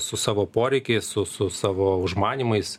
su savo poreikiais su su savo užmanymais